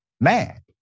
mad